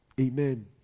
amen